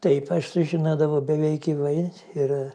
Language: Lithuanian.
taip aš sužinodavau beveik gyvai ir